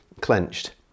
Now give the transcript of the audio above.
clenched